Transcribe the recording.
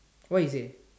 what he say